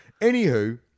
Anywho